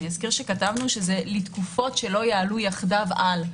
אזכיר שכתבנו שזה לתקופות שלא יעלו יחדיו על,